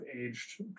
aged